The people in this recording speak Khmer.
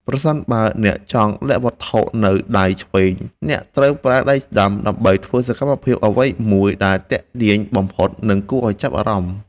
ប្រសិនបើអ្នកចង់លាក់វត្ថុនៅដៃឆ្វេងអ្នកត្រូវប្រើដៃស្តាំដើម្បីធ្វើសកម្មភាពអ្វីមួយដែលទាក់ទាញបំផុត និង គួរឱ្យចាប់អារម្មណ៍។